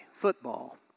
football